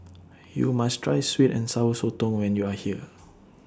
YOU must Try Sweet and Sour Sotong when YOU Are here